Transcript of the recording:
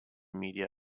media